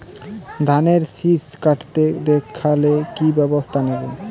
ধানের শিষ কাটতে দেখালে কি ব্যবস্থা নেব?